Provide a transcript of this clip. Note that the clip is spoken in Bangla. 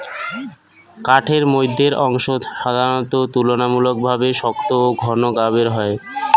কাঠের মইধ্যের অংশ সাধারণত তুলনামূলকভাবে শক্ত ও ঘন গাবের হয়